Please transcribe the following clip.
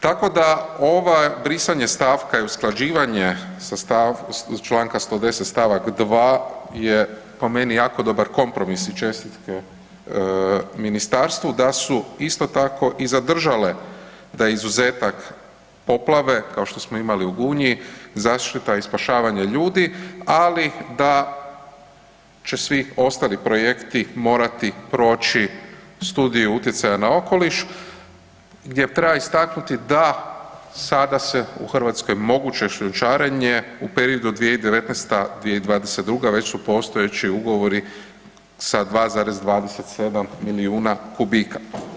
Tako da ovaj brisanje stavka i usklađivanje sa, Članka 110. stavak 2. je po meni jako dobar kompromis i čestitke ministarstvu da su isto tako i zadržale da izuzetak poplave kao što smo imali u Gunji, zaštita i spašavanje ljudi, ali da će svi ostali projekti morati proći studiju utjecaja na okoliš gdje treba istaknuti da sada se u Hrvatskoj moguće šljunčarenje u periodu 2019.-2022. već su postojeći ugovori sa 2,27 milijuna kubika.